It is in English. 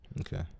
Okay